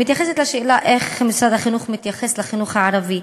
מתייחסת לשאלה איך משרד החינוך מתייחס לחינוך הערבי,